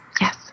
Yes